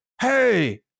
hey